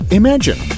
imagine